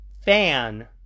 fan